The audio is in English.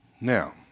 Now